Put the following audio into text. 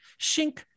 Shink